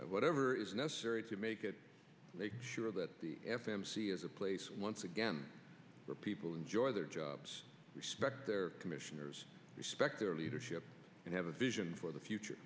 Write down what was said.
whatever is necessary to make it make sure that the f m c is a place once again where people enjoy their jobs respect their commissioners respect their leadership and have a vision for the future